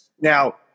Now